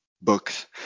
books